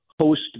host